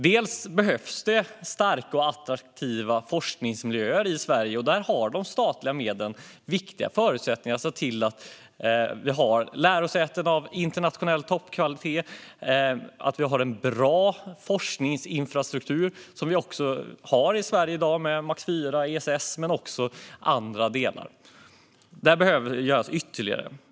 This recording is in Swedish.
Det behövs starka och attraktiva forskningsmiljöer i Sverige. Där är de statliga medlen viktiga förutsättningar när det gäller att se till att vi har lärosäten av internationell toppkvalitet och att vi har en bra forskningsinfrastruktur. Det har vi i Sverige i dag med Max IV och ESS. Men det handlar också om andra delar. Där behöver det göras ytterligare.